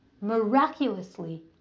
miraculously